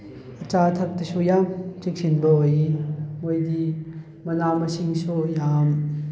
ꯑꯆꯥ ꯑꯊꯛꯇꯁꯨ ꯌꯥꯝ ꯆꯦꯛꯁꯤꯟꯕ ꯑꯣꯏꯑꯦ ꯃꯣꯏꯗꯤ ꯃꯅꯥ ꯃꯁꯤꯡꯁꯨ ꯌꯥꯝ